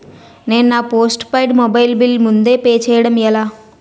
నేను నా postpaid mobile bill ముందే పే చేయడం ఎలా?